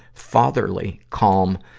fatherly, calm,